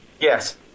Yes